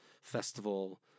festival